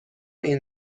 این